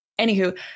Anywho